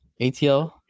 ATL